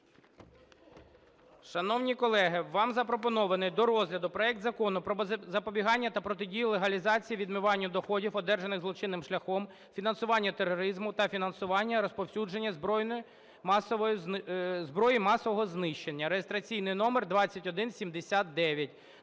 Шановні колеги, вам запропонований до розгляду проект Закону про запобігання та протидію легалізації (відмиванню) доходів, одержаних злочинним шляхом, фінансуванню тероризму та фінансуванню розповсюдження зброї масового знищення (реєстраційний номер 2179).